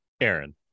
Aaron